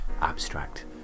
abstract